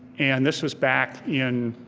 and this was back in